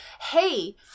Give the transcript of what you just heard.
Hey